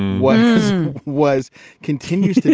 ways was continued